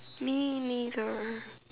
me neither